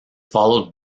followed